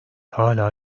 hâlâ